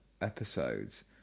episodes